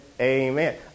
amen